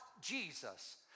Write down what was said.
Jesus